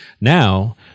Now